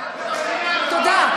תודה.